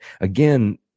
again